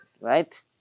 right